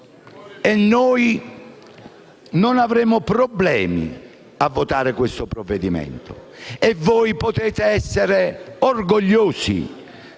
e noi non avremo problemi a votare il provvedimento e voi potrete essere orgogliosi